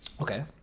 Okay